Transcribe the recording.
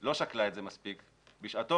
לא שקלה את זה מספיק בשעתו,